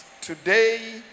today